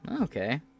Okay